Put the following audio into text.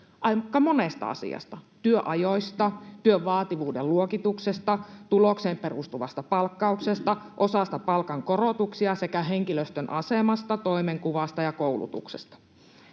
aika monesta asiasta: työajoista, työn vaativuuden luokituksesta, tulokseen perustuvasta palkkauksesta, osasta palkankorotuksia sekä henkilöstön asemasta, toimenkuvasta ja koulutuksesta.